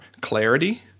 clarity